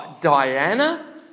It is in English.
Diana